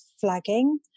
flagging